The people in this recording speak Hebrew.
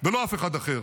ולא אף אחד אחר,